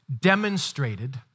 demonstrated